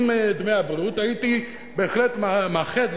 עם דמי הבריאות הייתי בהחלט מאחד,